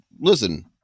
listen